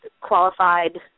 qualified